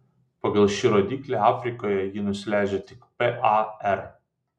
pagal šį rodiklį afrikoje ji nusileidžia tik par